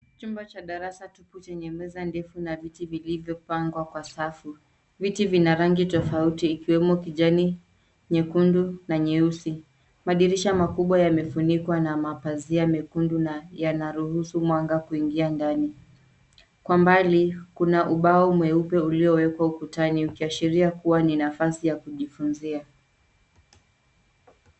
Chumba cha darasa tupu chenye meza ndefu na viti vilivyopangwa kwa safu. Viti vina rangi tofauti ikiwemo kijani, nyekundu na nyeusi. Madirisha makubwa yamefunikwa na mapazia mekundu na yana ruhusu mwanga kuingia ndani. Kwa mbali kuna ubao mweupe uliowekwa ukutani ukiashiria kuwa ni nafasi ya kujifunzia.